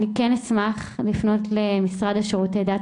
אני כן אשמח לפנות למשרד לשירותי דת,